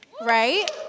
right